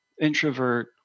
introvert